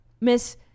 Miss